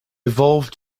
evolve